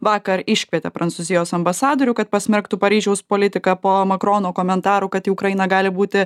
vakar iškvietė prancūzijos ambasadorių kad pasmerktų paryžiaus politiką po makrono komentarų kad į ukrainą gali būti